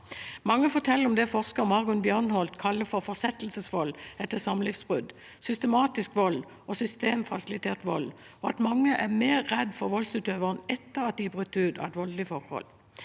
Mange forteller om det forsker Margunn Bjørnholt kaller fortsettelsesvold etter samlivsbrudd, systematisk vold og systemfasilitert vold, og mange er mer redd for voldsutøveren etter at de har brutt ut av voldelige forhold.